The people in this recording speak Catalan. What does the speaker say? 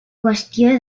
qüestió